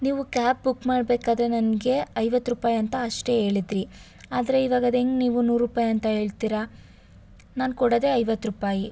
ನೀವು cab book ಮಾಡಬೇಕಾದ್ರೆ ನನಗೆ ಐವತ್ತು ರೂಪಾಯಿ ಅಂತ ಅಷ್ಟೇ ಹೇಳಿದ್ರಿ ಆದರೆ ಇವಾಗ ಅದು ಹೆಂಗ್ ನೀವು ನೂರು ರೂಪಾಯಿ ಅಂತ ಹೇಳ್ತಿರಾ ನಾನು ಕೊಡೋದೇ ಐವತ್ತು ರೂಪಾಯಿ